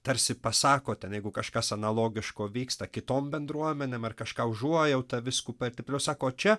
tarsi pasako ten jeigu kažkas analogiško vyksta kitom bendruomenėm ar kažką užuojauta vyskupai taip toliau sako čia